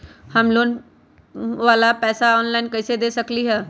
हम लोन वाला पैसा ऑनलाइन कईसे दे सकेलि ह?